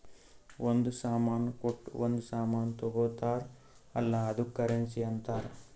ಒಂದ್ ಸಾಮಾನ್ ಕೊಟ್ಟು ಒಂದ್ ಸಾಮಾನ್ ತಗೊತ್ತಾರ್ ಅಲ್ಲ ಅದ್ದುಕ್ ಕರೆನ್ಸಿ ಅಂತಾರ್